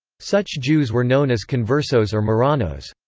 such jews were known as conversos or marranos.